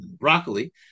broccoli